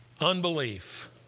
Unbelief